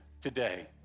today